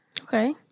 Okay